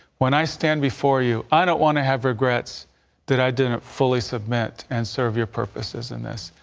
when i stand before you i don't want to have regrets that i didn't fully suv met and serve your purposes in this.